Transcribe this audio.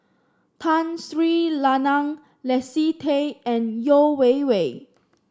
Tun Sri Lanang Leslie Tay and Yeo Wei Wei